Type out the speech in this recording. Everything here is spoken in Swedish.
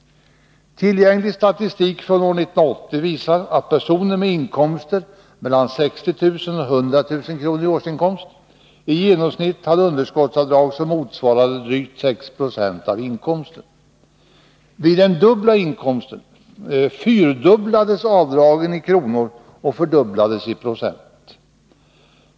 Tillgänglig statistik från år 1980 visar att personer med årsinkomster mellan 60 000 och 100 000 kr. i genomsnitt hade underskottsavdrag som motsvarade drygt 6 70 av inkomsten. Vid den dubbla inkomsten fyrdubblades avdragen i kronor och fördubblades i procent.